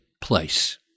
place